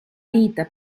vita